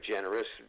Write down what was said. generous